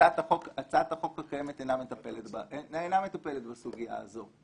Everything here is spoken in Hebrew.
הצעת החוק הקיימת אינה מטפלת בסוגיה הזו,